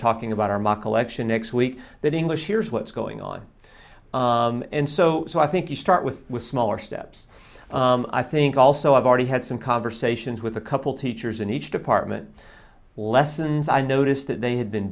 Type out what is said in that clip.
talking about our michael lection next week that english here's what's going on and so so i think you start with smaller steps i think also i've already had some conversations with a couple teachers in each department lessons i noticed that they had been